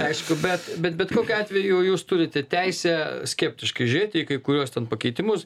aišku bet bet bet kokiu atveju jūs turite teisę skeptiškai žiūrėti į kai kuriuos pakeitimus